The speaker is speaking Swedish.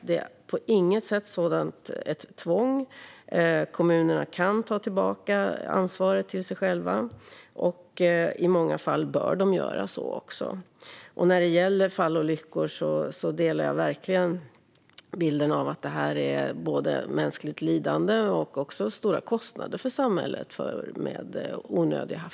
Det är på inget sätt ett tvång. Kommunerna kan ta tillbaka ansvaret till sig själva, och i många fall bör de göra så. När det gäller fallolyckor delar jag verkligen bilden av att det handlar både om mänskligt lidande och om stora kostnader för samhället.